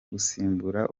gusimbura